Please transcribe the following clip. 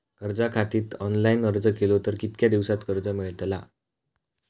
कर्जा खातीत ऑनलाईन अर्ज केलो तर कितक्या दिवसात कर्ज मेलतला?